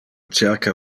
cerca